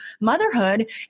motherhood